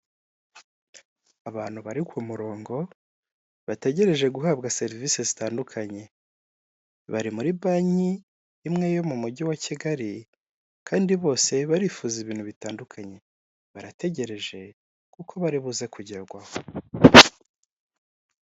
Abantu bari ku murongo bategereje guhabwa serivisi zitandukanye. Bari muri banki imwe yo mu mujyi wa Kigali kandi bose barifuza ibintu bitandukanye. Barategereje kuko bari buze kugerwaho.